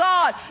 God